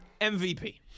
MVP